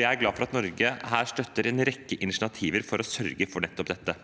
Jeg er glad for at Norge her støtter en rekke initiativer for å sørge for nettopp